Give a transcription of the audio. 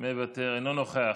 אינו נוכח.